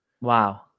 Wow